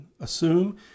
assume